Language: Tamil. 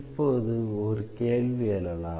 இப்போது ஒரு கேள்வி எழலாம்